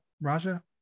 raja